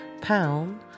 Pound